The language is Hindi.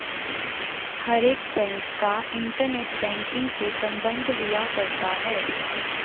हर एक बैंक का इन्टरनेट बैंकिंग से सम्बन्ध हुआ करता है